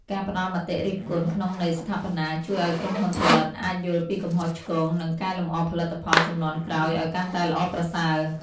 ការផ្តល់មតិរិះគន់ក្នុងន័យស្ថាបនា ជួយឱ្យក្រុមហ៊ុនផលិតអាចយល់ពីកំហុសឆ្គង និងកែលម្អផលិតផលជំនាន់ក្រោយឱ្យកាន់តែល្អប្រសើរ។